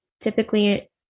Typically